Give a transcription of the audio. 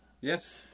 Yes